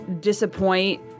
disappoint